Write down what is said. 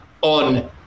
on